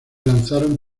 lanzaron